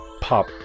pop